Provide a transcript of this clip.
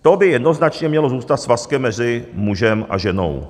To by jednoznačně mělo zůstat svazkem mezi mužem a ženou.